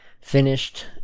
finished